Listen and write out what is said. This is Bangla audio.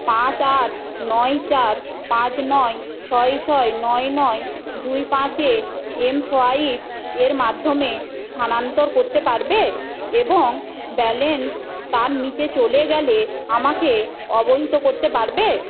পাঁচ আট নয় চার পাঁচ নয় ছয় ছয় নয় নয় দুই পাঁচে এমসোয়াইপ এর মাধ্যমে স্থানান্তর করতে পারবে এবং ব্যালেন্স তার নিচে চলে গেলে আমাকে অবহিত করতে পারবে